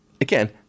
again